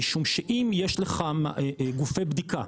משום שאם יש לך גופי בדיקה,